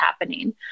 happening